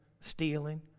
stealing